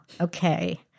okay